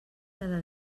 cada